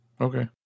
okay